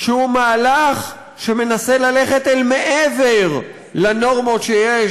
שהוא מהלך שמנסה ללכת אל מעבר לנורמות שיש